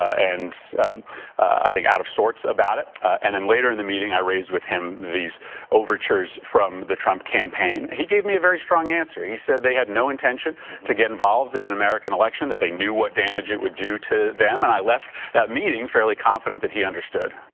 and i think out of sorts about it. and then later in the meeting i raised with him these overtures from the trump campaign. he gave me a very strong answer. he said they had no intention to get involved in an american election, that they knew what damage it would do to them, and i left that meeting fairly confident that he understood.